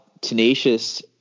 tenacious